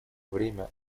время